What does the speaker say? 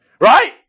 right